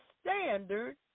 standard